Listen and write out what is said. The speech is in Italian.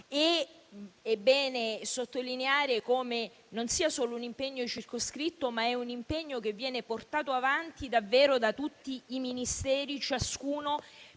anche sottolineare come non sia solo un impegno circoscritto, perché viene invece portato avanti davvero da tutti i Ministeri, ciascuno